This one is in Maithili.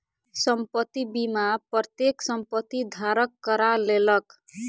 संपत्ति बीमा प्रत्येक संपत्ति धारक करा लेलक